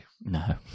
No